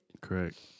Correct